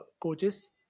coaches